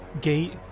gate